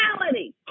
reality